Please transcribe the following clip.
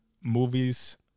movies